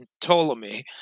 Ptolemy